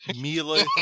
mila